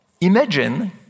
Imagine